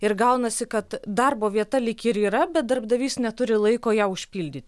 ir gaunasi kad darbo vieta lyg ir yra bet darbdavys neturi laiko ją užpildyti